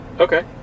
okay